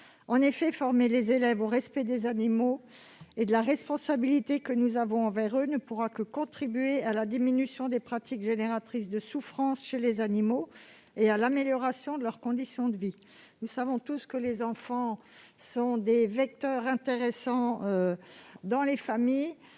En effet, former les élèves au respect des animaux et à la responsabilité que nous avons envers eux ne pourra que contribuer à la diminution des pratiques génératrices de souffrances chez les animaux et à l'amélioration de leurs conditions de vie. Nous savons tous que les enfants sont des vecteurs intéressants dans les familles.